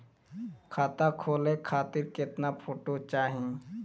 खाता खोले खातिर केतना फोटो चाहीं?